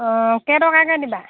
অঁ কেই টকাকে দিবা